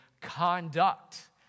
conduct